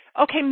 Okay